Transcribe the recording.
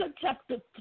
chapter